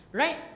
right